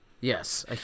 Yes